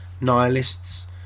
nihilists